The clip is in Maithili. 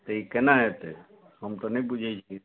से ई केना हेतै हम तऽ नहि बूझैत छियै